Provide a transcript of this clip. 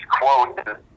quote